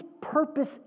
purpose